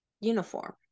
uniform